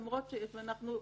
למרות שיש,